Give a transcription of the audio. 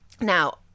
Now